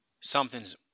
something's